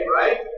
right